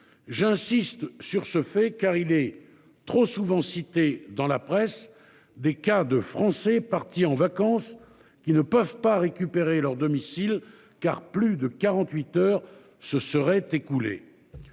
j'insiste sur ce fait, car il est trop souvent cité dans la presse des cas de Français partis en vacances, qui ne peuvent pas récupérer leur domicile car plus de 48 heures se serait écoulé.